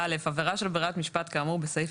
46.(א)עבירה של ברירת משפט כאמור בסעיף